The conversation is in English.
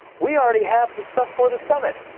we already have the stuff for the summit.